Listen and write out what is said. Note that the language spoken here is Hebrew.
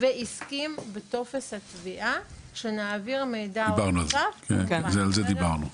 והסכים בטופס התביעה שנעביר מידע --- על זה דיברנו מראש.